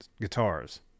guitars